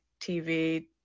TV